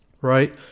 Right